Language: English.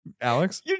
Alex